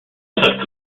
breadth